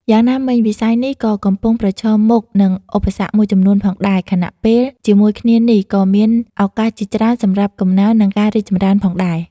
យ៉ាងណាមិញ វិស័យនេះក៏កំពុងប្រឈមមុខនឹងឧបសគ្គមួយចំនួនផងដែរ ខណៈពេលជាមួយគ្នានេះក៏មានឱកាសជាច្រើនសម្រាប់កំណើន និងការរីកចម្រើនផងដែរ ។